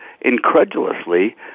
incredulously